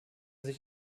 sich